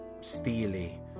steely